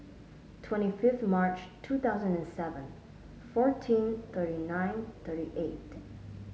twenty fifth March two thousand and seven fourteen thirty nine thirty eight